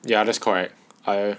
ya that's correct I